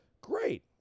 Great